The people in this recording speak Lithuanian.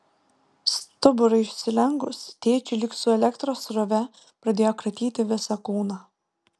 stuburui išsilenkus tėčiui lyg su elektros srove pradėjo kratyti visą kūną